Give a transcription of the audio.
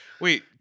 Wait